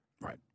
Right